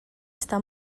està